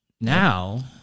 Now